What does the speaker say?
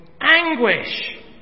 anguish